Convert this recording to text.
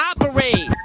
operate